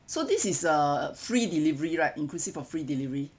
so this is uh free delivery right inclusive of free delivery